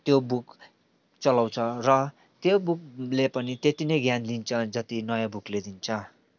त्यो बुक चलाउँछ र त्यो बुकले पनि त्यतिनै ज्ञान दिन्छ जति नयाँ बुकले दिन्छ